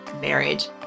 marriage